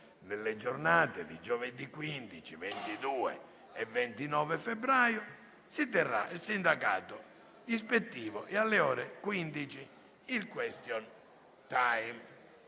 Nelle giornate di giovedì 15, 22 e 29 febbraio si terranno il sindacato ispettivo e, alle ore 15, il *question time*.